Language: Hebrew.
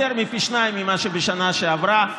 יותר מפי שניים ממה שבשנה שעברה.